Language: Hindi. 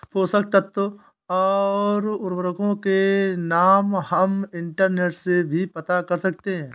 पोषक तत्व और उर्वरकों के नाम हम इंटरनेट से भी पता कर सकते हैं